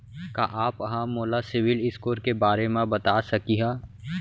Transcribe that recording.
का आप हा मोला सिविल स्कोर के बारे मा बता सकिहा?